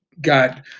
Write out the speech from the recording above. got